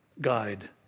guide